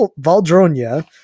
Valdronia